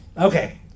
Okay